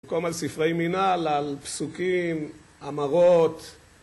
במקום על ספרי מינל, על פסוקים, אמרות